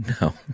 No